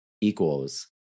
equals